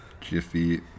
Jiffy